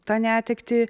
tą netektį